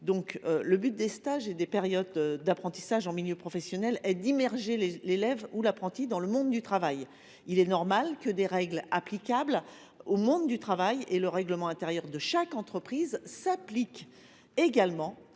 2004. Le but des stages et des périodes d’apprentissage en milieu professionnel est d’immerger l’élève ou l’apprenti dans un environnement professionnel. Il est normal que les règles applicables au monde du travail et le règlement intérieur de chaque entreprise s’appliquent également